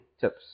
tips